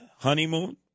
honeymoon